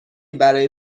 برای